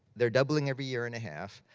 they're doubling every year and a half.